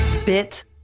Bit